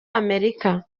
america